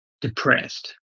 depressed